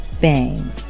bang